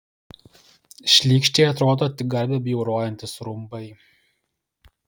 šlykščiai atrodo tik garbę bjaurojantys rumbai